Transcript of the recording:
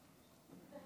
שלוש